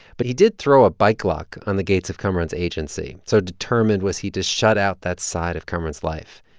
but he did throw a bike lock on the gates of kamaran's agency, so determined was he to shut out that side of kamaran's life.